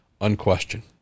unquestioned